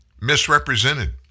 misrepresented